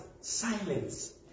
silence